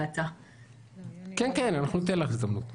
כי המשמעות של ההחלטה שלנו היום היא שאין החרגה בדבר חומרת העבירות?